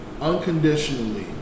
unconditionally